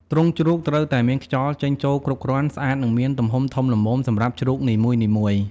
ទ្រុងជ្រូកត្រូវតែមានខ្យល់ចេញចូលគ្រប់គ្រាន់ ស្អាត និងមានទំហំធំល្មមសម្រាប់ជ្រូកនីមួយៗ។